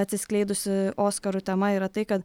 atsiskleidusi oskarų tema yra tai kad